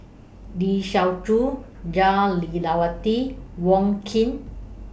Lee Siew Choh Jah Lelawati Wong Keen